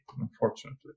unfortunately